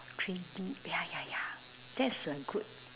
three D ya ya ya that's a good